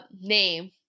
name